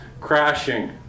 crashing